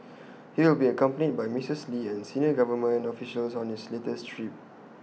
he will be accompanied by Mistress lee and senior government officials on his latest trip